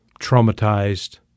traumatized